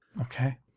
Okay